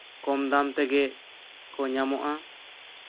ᱠᱚᱢ ᱫᱟᱢ ᱛᱮᱜᱮ ᱠᱚ ᱧᱟᱢᱚᱜᱼᱟ